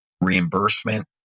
reimbursement